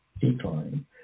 decline